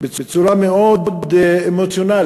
בצורה מאוד אמוציונלית.